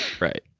Right